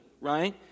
right